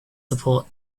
support